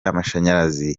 amashanyarazi